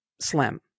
slim